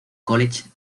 college